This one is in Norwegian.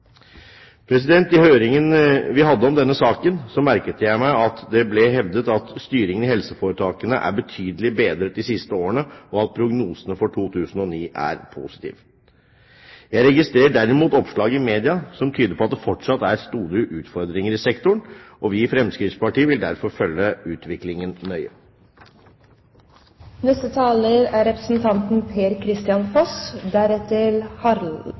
I høringen vi hadde om denne saken, merket jeg meg at det ble hevdet at styringen i helseforetakene er betydelig bedret de siste årene, og at prognosene for 2009 er positive. Jeg registrerer derimot oppslag i media som tyder på at det fortsatt er store utfordringer i sektoren, og vi i Fremskrittspartiet vil derfor følge utviklingen